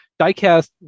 diecast